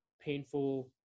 painful